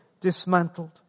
dismantled